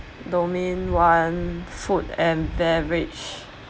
domain one food and beverage